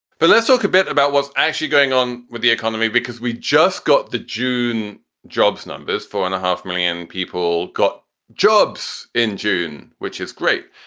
but let's talk a bit about what's actually going on with the economy, because we just got the june jobs numbers, four and a half million people got jobs in june, which is great,